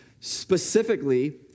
specifically